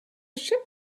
ship